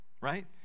right